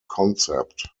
concept